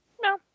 no